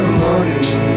money